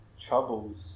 troubles